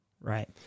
Right